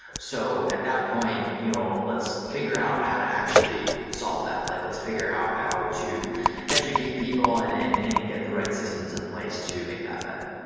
so at that point, you know let's figure out how to actually solve that. like let's figure out how to educate people and and and and get the right systems in place to make that better.